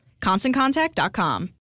ConstantContact.com